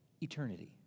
eternity